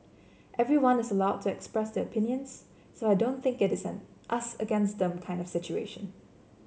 everyone is allowed to express their opinions so I don't think it is an us against them kind of situation